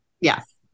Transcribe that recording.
Yes